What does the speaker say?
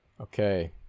okay